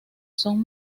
son